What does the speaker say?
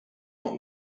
not